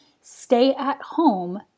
stay-at-home